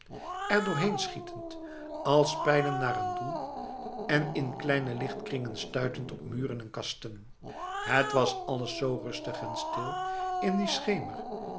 erdoorheen schietend als pijlen naar een doel en in kleine lichtkringen stuitend op muren en kasten het was alles zo rustig en stil in die schemer